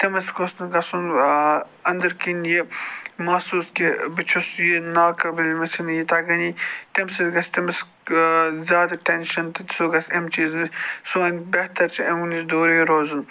تٔمِس گوٚژھ نہٕ گَژھُن أنٛدٕر کِنۍ یہِ محسوٗس کہِ بہٕ چھُس یہِ ناقٲبل مےٚ چھِنہٕ یہِ تَگٲنی تَمہِ سۭتۍ گَژھِ تٔمِس زیادٕ ٹٮ۪نشَن تہٕ سُہ گَژھِ اَمہِ چیٖزٕ نہِ سُہ وَنہِ بہتر چھُ اَمہِ نِش دوٗرٕے روزُن